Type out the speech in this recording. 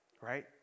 Right